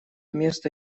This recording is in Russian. место